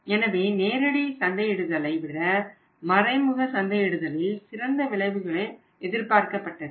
எனவே நேரடி சந்தையிடுதலை விட மறைமுக சந்தையிடுதலில் சிறந்த விளைவுகள் எதிர்பார்க்கப்பட்டது